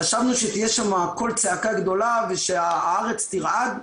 חשבנו שתהיה שם קול צעקה גדולה ושהארץ תרעד.